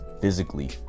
physically